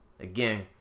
Again